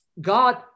God